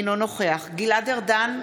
אינו נוכח גלעד ארדן,